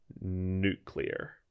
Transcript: nuclear